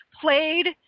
played